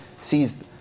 sees